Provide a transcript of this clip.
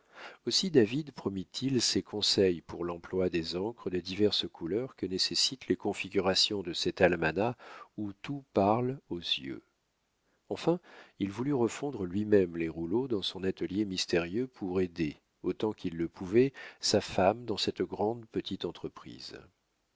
aussi david promit il ses conseils pour l'emploi des encres des diverses couleurs que nécessitent les configurations de cet almanach où tout parle aux yeux enfin il voulut refondre lui-même les rouleaux dans son atelier mystérieux pour aider autant qu'il le pouvait sa femme dans cette grande petite entreprise